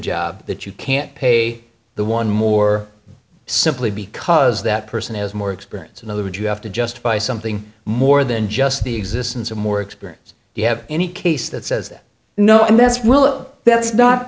job that you can't pay the one more simply because that person has more experience in other would you have to justify something more than just the existence of more experience you have any case that says no and that's well that's not